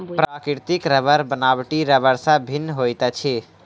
प्राकृतिक रबड़ बनावटी रबड़ सॅ भिन्न होइत अछि